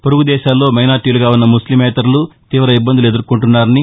పొరుగుదేశాల్లో మైనారిటీలుగా ఉన్న ముస్లిమేతరులు తీవ ఇబ్బందులు ఎదుర్కొంటున్నారని